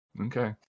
Okay